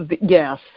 Yes